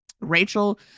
Rachel